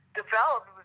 developed